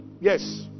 Yes